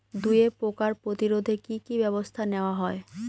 দুয়ে পোকার প্রতিরোধে কি কি ব্যাবস্থা নেওয়া হয়?